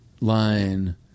line